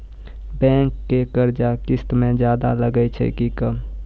Bank के कर्जा किस्त मे ज्यादा लागै छै कि कम?